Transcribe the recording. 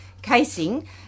casing